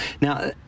now